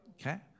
Okay